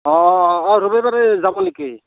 অ অ অ অ ৰবিবাৰে যাব নেকি